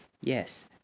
yes